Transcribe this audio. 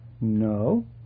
No